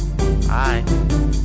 Hi